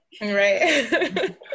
Right